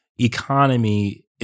economy